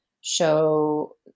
show